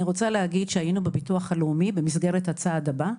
אני רוצה להגיד שהיינו בביטוח לאומי במסגרת "הצעד הבא",